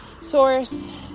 source